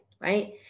right